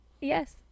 yes